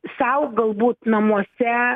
sau galbūt namuose